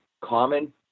common –